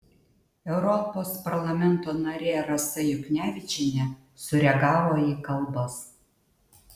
europos parlamento narė rasa juknevičienė sureagavo į kalbas